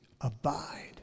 abide